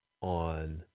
on